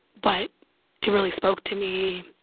but it really spoke to me.